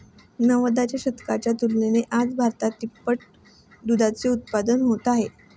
नव्वदच्या दशकाच्या तुलनेत आज भारतात तिप्पट दुधाचे उत्पादन होत आहे